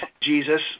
Jesus